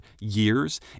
years